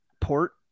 port